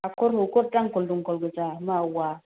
हाख'र हुख'र जांखल जुंखल गोजा मावा